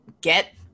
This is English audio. get